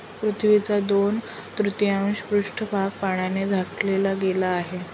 पृथ्वीचा दोन तृतीयांश पृष्ठभाग पाण्याने झाकला गेला आहे